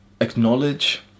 Acknowledge